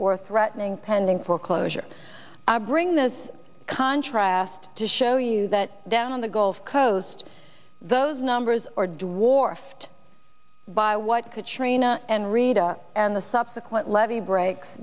or threatening pending foreclosure i bring this contrast to show you that down on the gulf coast those numbers or dwarfed by what could traina and rita and the subsequent levee breaks